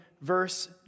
verse